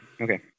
Okay